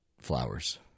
flowers